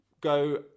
go